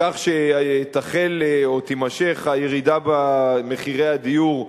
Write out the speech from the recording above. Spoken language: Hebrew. כך שתימשך הירידה במחירי הדיור,